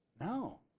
No